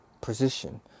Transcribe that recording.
Position